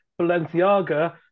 Balenciaga